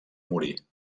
morir